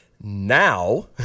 Now